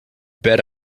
bet